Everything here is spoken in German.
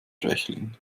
schwächling